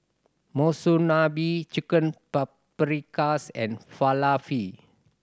Monsunabe Chicken Paprikas and Falafel